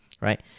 right